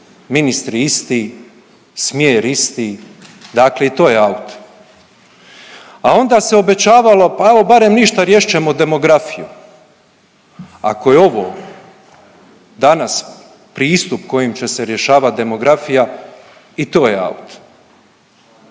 ministri isti, smjer isti dakle i to je out. A onda se obećavalo, a evo barem ništa riješit ćemo demografiju, ako je ovo danas pristup kojim će se rješavat demografija i to je out.